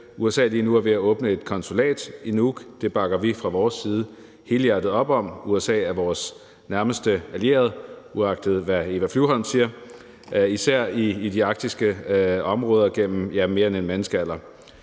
USA er lige nu ved at åbne et konsulat i Nuuk. Det bakker vi fra vores side helhjertet op om. USA er vores nærmeste allierede – uagtet hvad Eva Flyvholm siger – især i de arktiske områder gennem mere end en menneskealder.